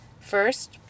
First